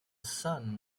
son